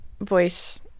voice